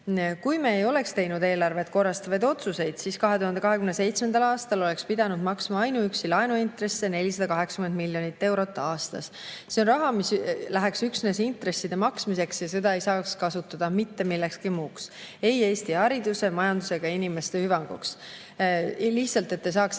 Kui me ei oleks teinud eelarvet korrastavaid otsuseid, siis 2027. aastal oleks pidanud maksma ainuüksi laenuintresse 480 miljonit eurot aastas. See on raha, mis läheks üksnes intresside maksmiseks, ja seda ei saaks kasutada mitte millekski muuks – ei Eesti hariduse, majanduse ega inimeste hüvanguks. Lihtsalt võrdluseks,